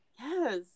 Yes